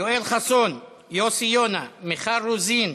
יואל חסון, יוסי יונה, מיכל רוזין,